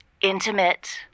intimate